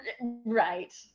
Right